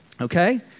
Okay